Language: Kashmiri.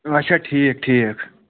اَچھا ٹھیٖک ٹھیٖک